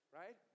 right